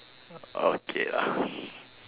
okay lah